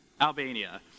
Albania